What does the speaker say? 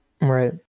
Right